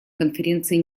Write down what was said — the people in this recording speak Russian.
конференции